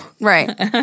Right